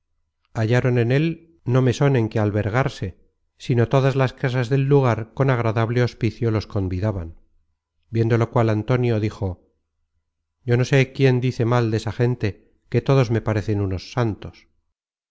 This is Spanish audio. hallaron en él no meson en que albergarse sino todas las casas del lugar con agradable hospicio los convidaban viendo lo cual antonio dijo yo no sé quién dice mal desta gente que todos me parecen unos santos